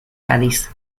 cádiz